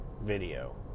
video